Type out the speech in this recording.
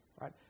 right